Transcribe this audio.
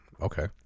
okay